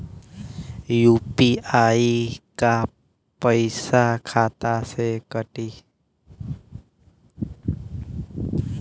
UPI क पैसा खाता से कटी?